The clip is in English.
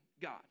God